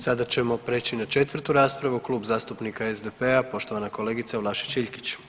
Sada ćemo prijeći na četvrtu raspravu Klub zastupnika SDP-a, poštovana kolegica Vlašić Iljkić.